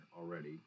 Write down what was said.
already